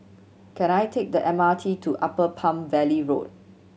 can I take the M R T to Upper Palm Valley Road